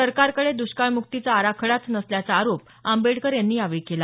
सरकारकडे दुष्काळमुक्तीचा आराखडाच नसल्याचा आरोप आंबेडकर यांनी यावेळी केला